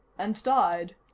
and died.